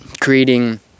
creating